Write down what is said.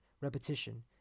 repetition